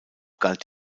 galt